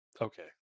Okay